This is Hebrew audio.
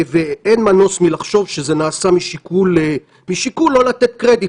ואין מנוס מלחשוב שזה נעשה משיקול לא לתת קרדיט